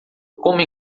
como